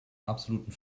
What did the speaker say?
absoluten